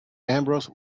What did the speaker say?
ambrose